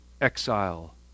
exile